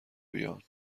بیان